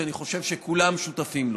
שאני חושב שכולם שותפים לו: